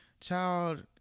child